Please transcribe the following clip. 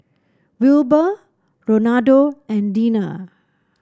Wilbur Ronaldo and Deana